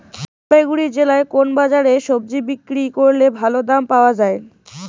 জলপাইগুড়ি জেলায় কোন বাজারে সবজি বিক্রি করলে ভালো দাম পাওয়া যায়?